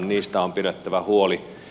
niistä on pidettävä huoli